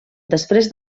després